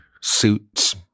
suits